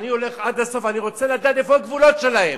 אני הולך עד הסוף, אני רוצה, הגבולות שלהם,